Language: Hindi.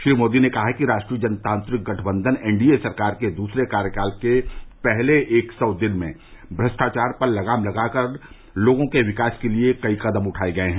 श्री मोदी ने कहा कि राष्ट्रीय जनतांत्रिक गठबंधन एनडीए सरकार के दूसरे कार्यकाल के पहले एक सौ दिन में भ्रष्टाचार पर लगाम लगाकर लोगों के विकास के कई कदम उठाये गए हैं